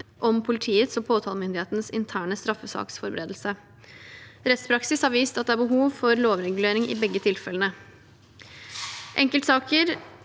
om politiets og påtalemyndighetens interne straffesaksforberedelse. Rettspraksis har vist at det er behov for lovregulering i begge tilfellene. Enkeltsaker